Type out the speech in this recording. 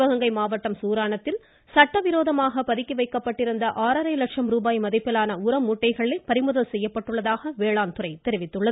சிவகங்கை மாவட்டம் சூராணத்தில் சட்டவிரோதமாக பதுக்கி வைக்கப்பட்டிருந்த ஆறரை லட்சம் ரூபாய் மதிப்பிலான உர மூட்டைகள் பறிமுதல் செய்யப்பட்டுள்ளதாக வேளாண் துறை தெரிவித்துள்ளது